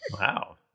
Wow